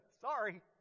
Sorry